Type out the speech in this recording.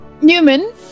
Newman